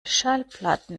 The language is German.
schallplatten